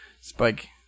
spike